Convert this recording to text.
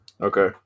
Okay